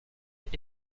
est